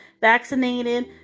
vaccinated